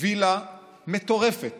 וילה מטורפת